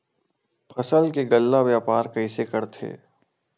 फसल के गल्ला व्यापार कइसे करथे?